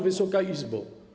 Wysoka Izbo!